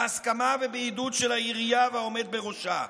בהסכמה ובעידוד של העירייה והעומד בראשה.